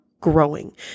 growing